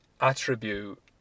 attribute